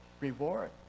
reward